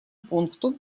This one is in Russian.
пункту